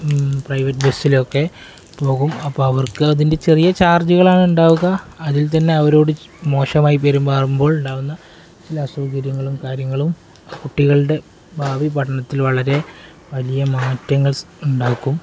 private ബസ്സിലൊക്കെ പോകും അപ്പോള് അവർക്ക് അതിൻ്റെ ചെറിയ ചാർജുകളാണുണ്ടാവുക അതിൽ തന്നെ അവരോട് മോശമായി പെരുമാറുമ്പോഴുണ്ടാകുന്ന ചില അസൗകര്യങ്ങളും കാര്യങ്ങളും കുട്ടികളുടെ ഭാവി പഠനത്തിൽ വളരെ വലിയ മാറ്റങ്ങളുണ്ടാക്കും